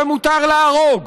ומותר להרוג,